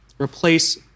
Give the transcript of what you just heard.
replace